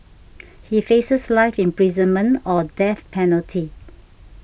he faces life imprisonment or death penalty